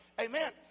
Amen